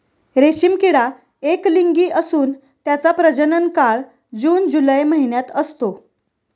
रेशीम किडा एकलिंगी असून त्याचा प्रजनन काळ जून जुलै महिन्यात असतो